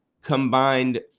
combined